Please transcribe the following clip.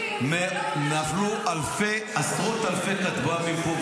נפלו עשרות אלפי כטב"מים פה,